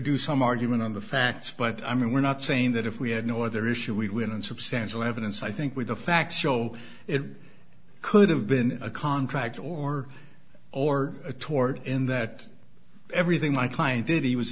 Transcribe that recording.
do some argument on the facts but i mean we're not saying that if we had no other issue we win and substantial evidence i think with the facts show it could have been a contract or or a tort in that everything my client did he was